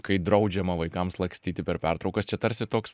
kai draudžiama vaikams lakstyti per pertraukas čia tarsi toks